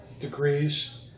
degrees